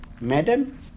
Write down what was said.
Madam